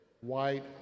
white